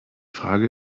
frage